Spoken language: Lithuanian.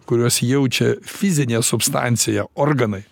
kuriuos jaučia fizinė substancija organai